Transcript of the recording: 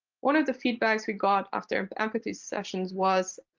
one of the feedbacks we got after empathy sessions was,